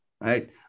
right